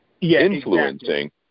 Influencing